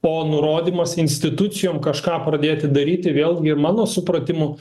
o nurodymas institucijom kažką pradėti daryti vėlgi ir mano supratimu